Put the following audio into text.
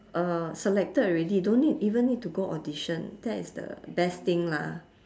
uh selected already don't need even need to go audition that is the best thing lah